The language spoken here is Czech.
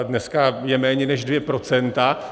Dneska je méně než dvě procenta.